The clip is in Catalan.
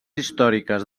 històriques